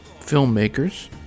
filmmakers